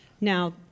Now